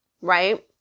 Right